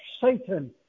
Satan